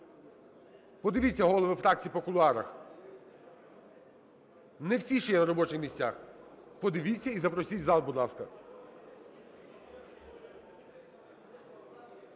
подивіться, голови фракцій, по кулуарах. Не всі ще є на робочих місцях, подивіться і запросіть в зал, будь ласка.